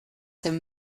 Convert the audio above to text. him